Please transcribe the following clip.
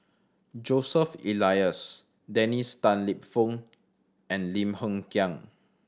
Joseph Elias Dennis Tan Lip Fong and Lim Hng Kiang